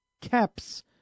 caps